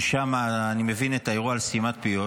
ששם אני מבין את האירוע כסתימת פיות,